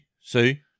see